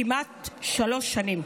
כמעט שלוש שנים.